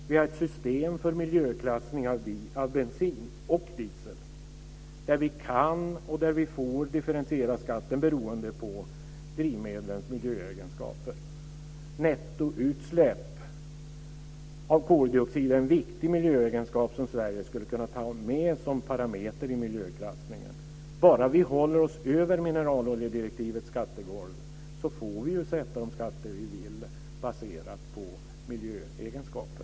Vi har ett system för miljöklassning av bensin och diesel där vi kan och får differentiera skatten beroende på drivmedlens miljöegenskaper. Nettoutsläpp av koldioxid är en viktig miljöegenskap som Sverige skulle kunna ta med som parameter i miljöklassningen. Bara vi håller oss över mineraloljedirektivets skattegolv får vi ju sätta de skatter vi vill baserat på miljöegenskaper.